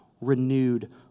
renewed